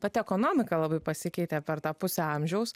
pati ekonomika labai pasikeitė per tą pusę amžiaus